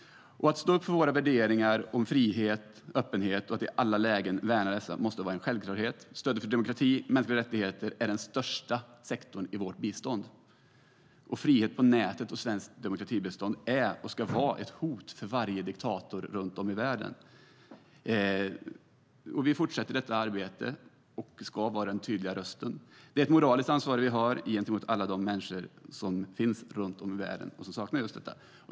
Att stå upp för våra värderingar om frihet och öppenhet och att i alla lägen värna dessa måste vara en självklarhet. Stödet för demokrati och mänskliga rättigheter är den största sektorn i vårt bistånd. Frihet på nätet och svenskt demokratibistånd är och ska vara ett hot för varje diktator runt om i världen. Vi fortsätter detta arbete och ska vara en tydlig röst. Det är ett moraliskt ansvar vi har gentemot alla de människor runt om i världen som saknar just detta.